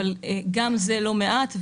אבל גם זה לא מעט.